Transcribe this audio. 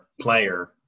player